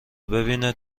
ببیند